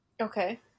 okay